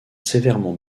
sévèrement